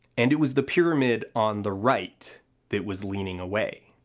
and it was the pyramid on the right that was leaning awayv.